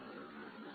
ഉത്തരം ഇതായിരുന്നു